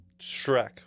Shrek